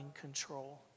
control